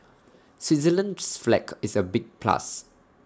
Switzerland's flag is A big plus